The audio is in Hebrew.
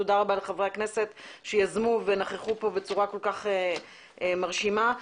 תודה רבה לחברי הכנסת שיזמו ונכחו פה בצורה מרשימה כל כך.